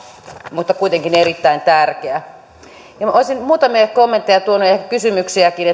mutta kuitenkin erittäin tärkeä asia olisin muutamia kommentteja kysymyksiäkin